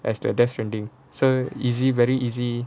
as the deaths stranding so easy very easy